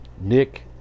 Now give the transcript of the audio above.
Nick